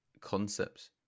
concepts